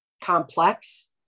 complex